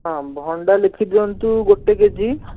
ହଁ ଭଣ୍ଡା ଲେଖିଦିଅନ୍ତୁ ଗୋଟେ କେଜି